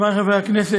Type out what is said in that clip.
חברי חברי הכנסת,